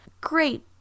Great